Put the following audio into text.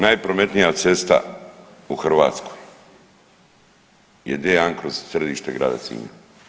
Najprometnija cesta u Hrvatskoj je D1 kroz središte grada Sinja.